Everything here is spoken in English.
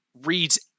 reads